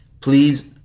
please